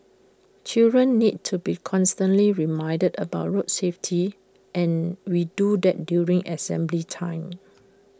children need to be constantly reminded about road safety and we do that during assembly time